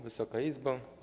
Wysoka Izbo!